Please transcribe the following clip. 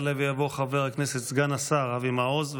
יעלה ויבוא חבר הכנסת סגן השר אבי מעוז,